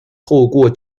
透过